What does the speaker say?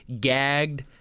gagged